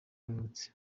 yavutse